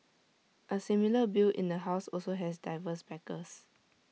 A similar bill in the house also has diverse backers